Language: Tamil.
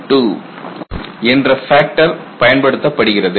12 என்ற ஃபேக்டர் பயன்படுத்தப்படுகிறது